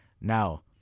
Now